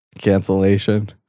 cancellation